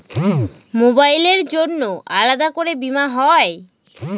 মোবাইলের জন্য আলাদা করে বীমা হয়?